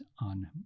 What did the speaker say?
on